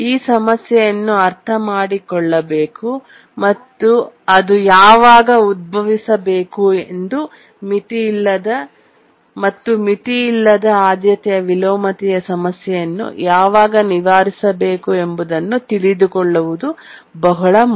ಈ ಸಮಸ್ಯೆಯನ್ನು ಅರ್ಥಮಾಡಿಕೊಳ್ಳಬೇಕು ಮತ್ತು ಅದು ಯಾವಾಗ ಉದ್ಭವಿಸಬಹುದು ಮತ್ತು ಮಿತಿಯಿಲ್ಲದ ಆದ್ಯತೆಯ ವಿಲೋಮತೆಯ ಸಮಸ್ಯೆಯನ್ನು ಯಾವಾಗ ನಿವಾರಿಸಬೇಕು ಎಂಬುದನ್ನು ತಿಳಿದುಕೊಳ್ಳುವುದು ಬಹಳ ಮುಖ್ಯ